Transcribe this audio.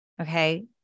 okay